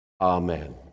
Amen